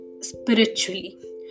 spiritually